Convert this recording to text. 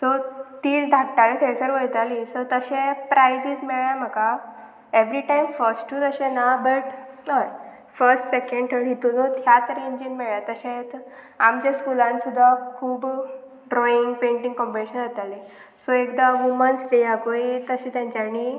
so ती धाडटाली थंयसर वयताली सो तशें प्रायजीस मेळ्ळें म्हाका एवरी टायम फस्टूत अशें ना बट हय फर्स्ट सेकेंड थर्ड हितुनूत ह्याच रेंजीन मेळ्ळें तशेंच आमच्या स्कुलान सुद्दां खूब ड्रॉइंग पेंटींग कॉम्पिटिशन येतालें सो एकदां वुमन्स डे ह्याकूय तशें तेंच्यानी